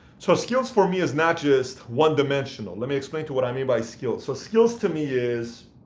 so skills for me is not just one dimensional. let me explain to what i mean by skills. so skills to me is